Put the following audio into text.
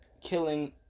killing